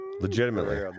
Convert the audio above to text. legitimately